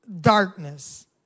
Darkness